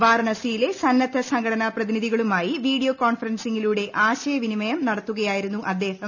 വാരണസിയിലെ സന്നദ്ധ സംഘടനാ പ്രതിനിധികളുമായി വീഡിയോ കോൺഫറൻസിംഗിലൂടെ ആശയവിനിമയം നടത്തുകയായിരുന്നു അദ്ദേഹം